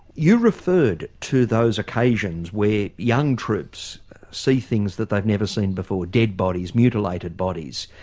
you referred to those occasions where young troops see things that they've never seen before dead bodies, mutilated bodies,